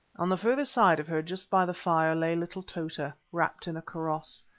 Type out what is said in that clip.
on the further side of her, just by the fire, lay little tota, wrapped in a kaross.